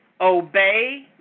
obey